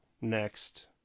next